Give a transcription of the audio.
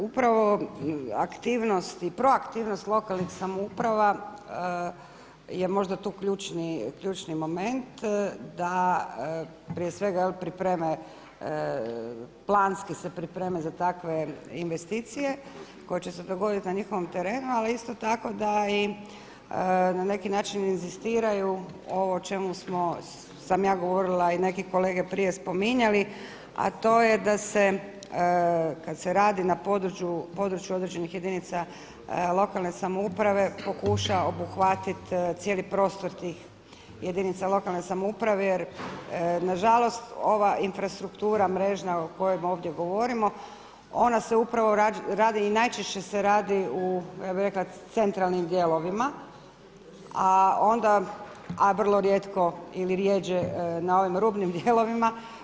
Upravo aktivnost i proaktivnost lokalnih samouprava je možda tu ključni moment da prije svega jel pripreme, planski se pripreme za takve investicije koje će se dogoditi na njihovom terenu ali isto tako da i na neki način inzistiraju ovo o čemu smo, sam ja govorila i neki kolege prije spominjali a to je da se kad se radi na području određenih jedinica lokalne samouprave pokuša obuhvatit cijeli prostor tih jedinica lokalne samouprave jer nažalost ova infrastruktura mrežna o kojoj ovdje govorimo ona se upravo radi i najčešće se radi u ja bih rekla centralnim dijelovima, a vrlo rijetko ili rjeđe na ovim rubnim dijelovima.